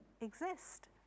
exist